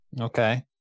Okay